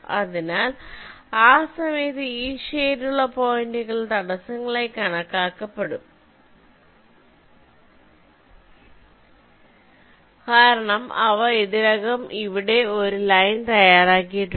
അതിനാൽ ആ സമയത്ത് ഈ ഷേഡുള്ള പോയിന്റുകൾ തടസ്സങ്ങളായി കണക്കാക്കപ്പെടും കാരണം അവ ഇതിനകം ഇവിടെ ഒരു ലൈൻ തയ്യാറാക്കിയിട്ടുണ്ട്